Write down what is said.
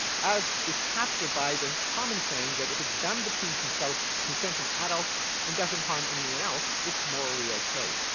as is captured by the common saying that, if it's done between consenting consenting adults and doesn't harm anyone else, it's morally ok.